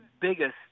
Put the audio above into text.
biggest